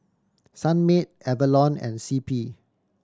Sunmaid Avalon and C P